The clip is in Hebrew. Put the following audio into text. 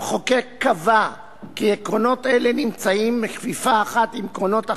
המחוקק קבע כי עקרונות אלה נמצאים בכפיפה אחת עם עקרונות אחרים,